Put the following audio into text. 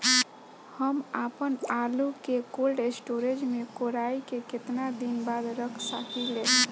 हम आपनआलू के कोल्ड स्टोरेज में कोराई के केतना दिन बाद रख साकिले?